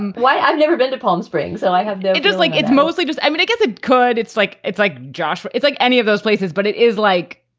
why? i've never been to palm springs, so i just like it's mostly just i mean, it gets it could it's like it's like joshua. it's like any of those places. but it is like,